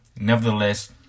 nevertheless